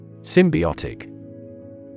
Symbiotic